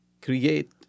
create